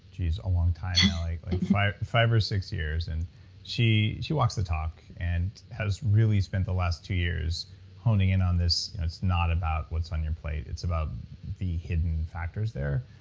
jeez, a long time now, like like five five or six years, and she she walks the talk and has really spent the last two years honing in on this, it's not about what's on your plate. it's about the hidden factors there.